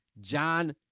John